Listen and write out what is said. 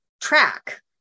track